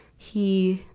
he,